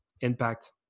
impact